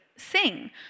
sing